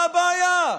מה הבעיה?